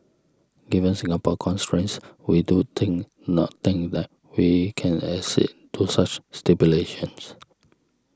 given Singapore's constraints we do think not think that we can accede to such stipulations